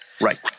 Right